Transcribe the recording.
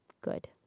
good